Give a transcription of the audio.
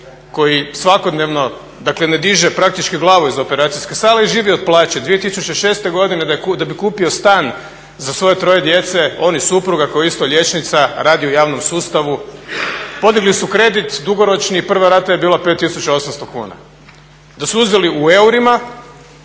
koji svakodnevno dakle ne diže praktički glavu iz operacijske sale i živi od plaće. 2006. godine da bi kupio stan za svoje troje djece, on i supruga koja je isto liječnica i radi u javnom sustavu, podigli su kredit dugoročni i prva rata je bila 5800 kuna. Da su uzeli u eurima,